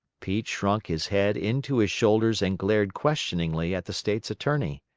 pete shrunk his head into his shoulders and glared questioningly at the state's attorney.